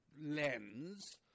lens